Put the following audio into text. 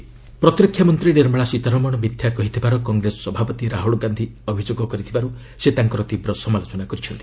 ସୀତାରମଣ କଂଗ୍ରେସ ପ୍ରତିରକ୍ଷାମନ୍ତ୍ରୀ ନିର୍ମଳା ସୀତାରମଣ ମିଥ୍ୟା କହିଥିବାର କଂଗ୍ରେସ ସଭାପତି ରାହୁଳ ଗାନ୍ଧୀ ଅଭିଯୋଗ କରିଥିବାରୁ ସେ ତାଙ୍କର ତୀବ୍ର ସମାଲୋଚନା କରିଛନ୍ତି